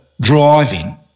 driving